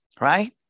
right